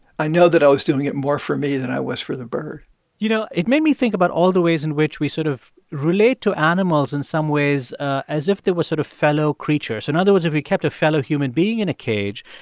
i know that i was doing it more for me than i was for the bird you know, it made me think about all the ways in which we sort of relate to animals in some ways as if they were sort of fellow creatures. in and other words, if you kept a fellow human being in a cage,